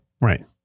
right